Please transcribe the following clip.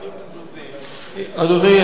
אדוני,